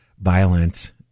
violent